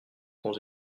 dans